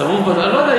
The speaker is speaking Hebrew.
לא יודע,